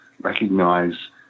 recognize